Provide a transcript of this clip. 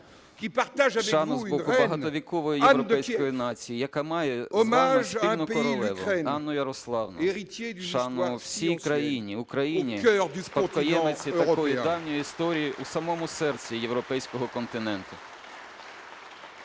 Шану з боку багатовікової європейської нації, яка має з вами спільну королеву Анну Ярославну. Шану всій країні Україні - спадкоємиці такої давньої історії у самому серці європейського континенту.